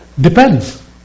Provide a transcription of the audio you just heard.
Depends